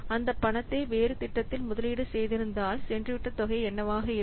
அந்த பணத்தை வேறு திட்டத்தில் முதலீடு செய்திருந்தால் சென்றுவிட்ட தொகை என்னவாக இருக்கும்